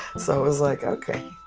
so it was like, okay